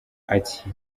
ati